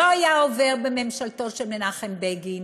לא היה עובר בממשלתו של מנחם בגין,